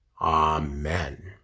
Amen